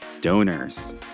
donors